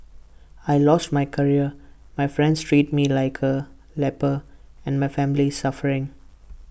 I lost my career my friends treat me like A leper and my family is suffering